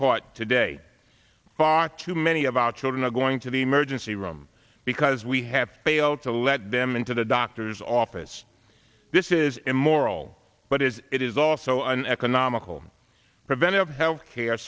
caught today far too many of our children are going to the emergency room because we have failed to let them into the doctor's office this is immoral but is it is also an economical preventive health care